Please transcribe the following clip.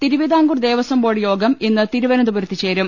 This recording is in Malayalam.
തിരുവിതാംകൂർ ദേവസ്വം ബോർഡ് യോഗം ഇന്ന് തിരുവന ന്തപുരത്ത് ചേരും